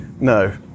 no